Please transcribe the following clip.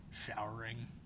showering